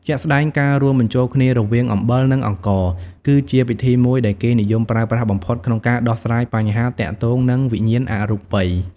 ជាក់ស្តែង ការរួមបញ្ចូលគ្នារវាង អំបិល និងអង្ករ គឺជាពិធីមួយដែលគេនិយមប្រើប្រាស់បំផុតក្នុងការដោះស្រាយបញ្ហាទាក់ទងនឹងវិញ្ញាណអរូបិយ។